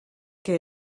que